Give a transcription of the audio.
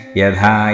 yadha